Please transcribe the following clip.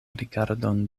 rigardon